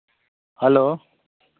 hello